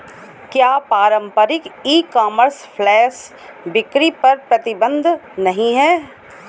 क्या पारंपरिक e commerce flash बिक्री पर प्रतिबंध नहीं है?